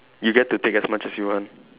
you get to take as much as you want